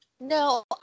No